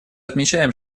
отмечаем